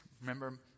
remember